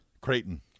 Creighton